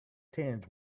tinged